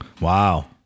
wow